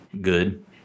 Good